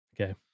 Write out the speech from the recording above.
okay